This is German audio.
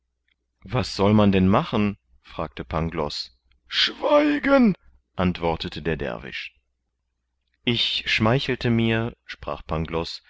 was soll man denn machen fragte pangloß schweigen antwortete der derwisch ich schmeichelte mir sprach